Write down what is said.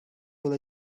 will